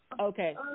Okay